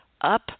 up